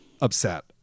upset